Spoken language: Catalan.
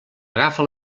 agafa